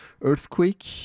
earthquake